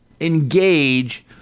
engage